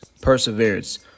perseverance